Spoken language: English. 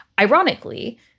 Ironically